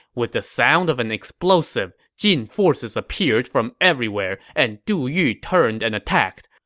with the sound of an explosive, jin forces appeared from everywhere, and du yu turned and attacked.